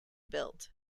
built